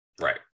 right